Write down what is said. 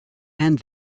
and